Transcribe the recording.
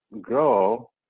grow